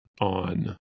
on